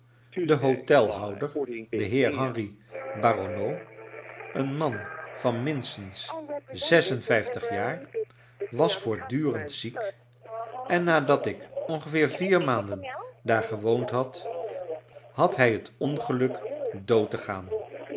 de hotelhouder de heer henri barronneau een man van ininstens zesenvijftig jaar was voortdurend ziek en nadat ik ongeveer vier maanden daar gewoond had had hij het ongeluk dood te gaan